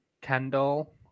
Kendall